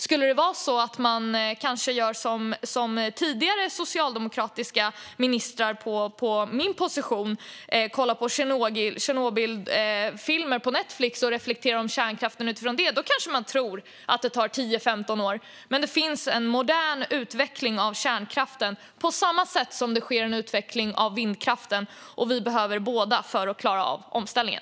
Skulle det vara så att man kanske gör som tidigare socialdemokratiska ministrar i min position och kollar på Tjernobylfilmer på Netflix och reflekterar om kärnkraften utifrån det kanske man tror att det tar 10-15 år. Men det finns en modern utveckling av kärnkraften på samma sätt som det sker en utveckling av vindkraften. Och vi behöver båda för att klara av omställningen.